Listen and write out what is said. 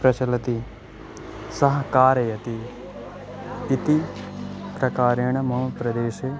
प्रचलति सः कारयति इति प्रकारेण मम प्रदेशे